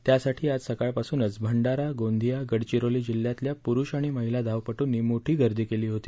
त्यासाठी आज सकाळपासूनच भंडारा गोंदिया गडचिरोली जिल्ह्यातल्या पुरुष आणि महिला धावपटूनी मोठी गर्दी केली होती